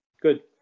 Good